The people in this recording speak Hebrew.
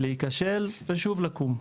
להיכשל ושוב לקום.